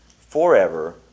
forever